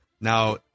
Now